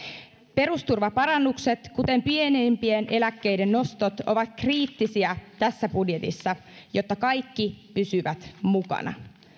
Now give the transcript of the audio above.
perusturvaparannukset kuten pienimpien eläkkeiden nostot ovat kriittisiä tässä budjetissa jotta kaikki pysyvät mukana